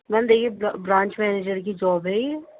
میم دیکھیے branch manager کی job ہے یہ